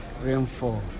rainfall